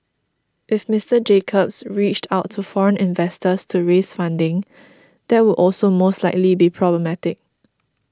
if Mister Jacobs reached out to foreign investors to raise funding that would also most likely be problematic